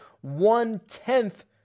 one-tenth